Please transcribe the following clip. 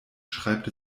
schreibt